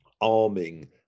arming